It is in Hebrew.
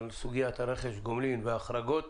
על סוגיית רכש גומלין וההחרגות,